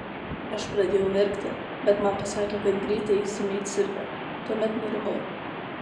aš pradėjau verkti bet man pasakė kad greitai eisime į cirką tuomet nurimau